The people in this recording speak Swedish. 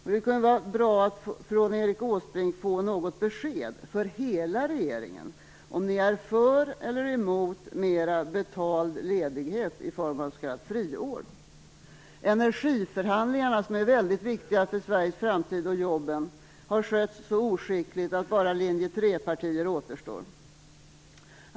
Det kunde vara bra att från Erik Åsbrink få något besked för hela regeringen om den är för eller emot mera betald ledighet i form av s.k. friår. Energiförhandlingarna, som är väldigt viktiga för Sveriges framtid och för jobben, har skötts så oskickligt att bara linje 3-partier återstår.